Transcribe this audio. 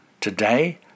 Today